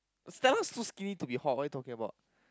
sounds so skinny to be hot what are you talking about